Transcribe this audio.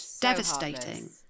devastating